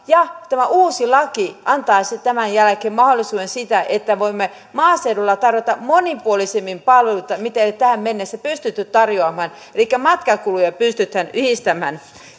tämä uusi laki antaisi tämän jälkeen mahdollisuuden siihen että voimme maaseudulla tarjota monipuolisemmin palveluita mitä ei ole tähän mennessä pystytty tarjoamaan elikkä matkakuluja pystytään yhdistämään